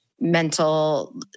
mental